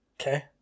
Okay